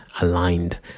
aligned